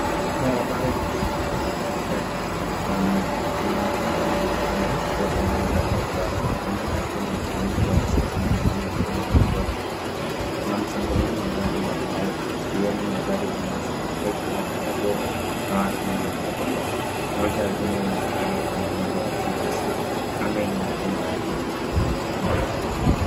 Barabara yenye shughuli nyingi katikati ya mji kuna mijengo mingi pande zote ya barabara. Mengine yakiwa na usanifu wa kisasa na mengine yakiwa na mtindo wa zamani. Kuna msongamano wa magari mbalimbali ikiwemo magari binafsi, texi za bodaboda na watu wengi wanaotembea. Moja ya jengo linaonekana kuwa na nembo ya CBC . Anga inaonekana wazi na inamawingu kidogo.